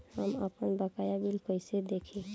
हम आपनबकाया बिल कइसे देखि?